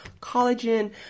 collagen